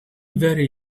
very